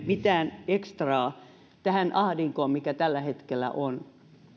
mitään ekstraa tähän ahdinkoon mikä tällä hetkellä on